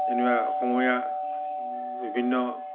যেনিবা অসমীয়া বিভিন্ন